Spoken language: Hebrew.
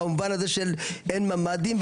במובן הזה של אין ממ"דים,